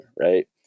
right